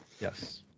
Yes